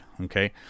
Okay